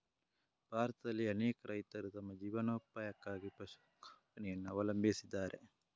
ಭಾರತದಲ್ಲಿ ಅನೇಕ ರೈತರು ತಮ್ಮ ಜೀವನೋಪಾಯಕ್ಕಾಗಿ ಪಶು ಸಂಗೋಪನೆಯನ್ನು ಅವಲಂಬಿಸಿದ್ದಾರೆ